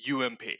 UMP